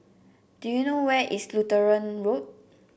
do you know where is Lutheran Road